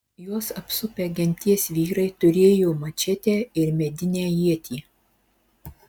juos apsupę genties vyrai turėjo mačetę ir medinę ietį